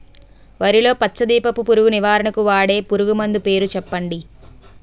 వరిలో పచ్చ దీపపు పురుగు నివారణకు వాడే పురుగుమందు పేరు చెప్పండి?